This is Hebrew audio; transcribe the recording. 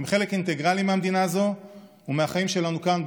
הם חלק אינטגרלי של המדינה ומהחיים שלנו כאן,